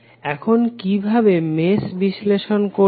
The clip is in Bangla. এখন কিভাবে মেশ বিশ্লেষণ করবে